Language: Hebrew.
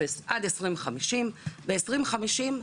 0 עד 2050. ב-2050,